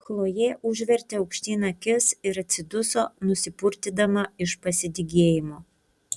chlojė užvertė aukštyn akis ir atsiduso nusipurtydama iš pasidygėjimo